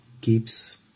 keeps